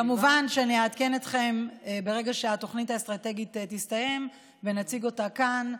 כמובן שנעדכן אתכם ברגע שהתוכנית האסטרטגית תסתיים ונציג אותה כאן,